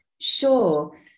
Sure